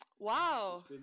Wow